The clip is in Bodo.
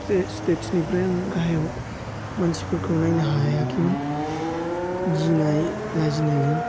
स्टेसनिफ्राय आं गाहायाव मानसिफोरखौ नायनो हायाखैमोन गिनाय लाजिनायजों